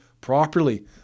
properly